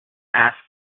asked